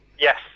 Yes